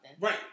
Right